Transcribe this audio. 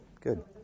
good